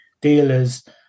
dealers